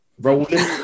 Rolling